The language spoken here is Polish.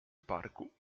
parku